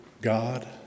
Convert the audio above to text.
God